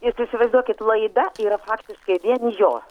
jūs įsivaizduokit laida yra faktiškai vien jo